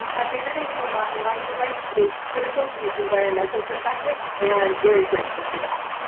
abandoning and but mining rights is critical from the environmental perspective and very grateful for that.